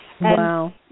Wow